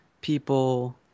people